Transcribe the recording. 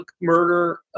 murder